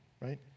right